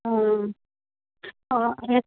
অঁ অঁ এই